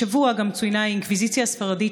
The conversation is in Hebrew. השבוע גם צוינה האינקוויזיציה הספרדית,